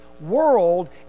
world